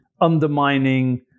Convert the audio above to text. undermining